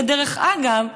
ודרך אגב,